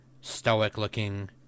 stoic-looking